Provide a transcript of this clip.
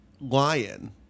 lion